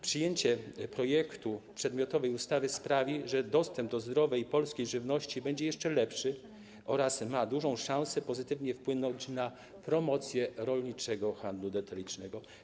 Przyjęcie projektu przedmiotowej ustawy sprawi, że dostęp do zdrowej, polskiej żywności będzie jeszcze lepszy, oraz ma dużą szansę pozytywnie wpłynąć na promocję rolniczego handlu detalicznego.